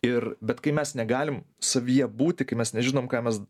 ir bet kai mes negalim savyje būti kai mes nežinom ką mes